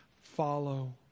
follow